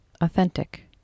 authentic